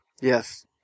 Yes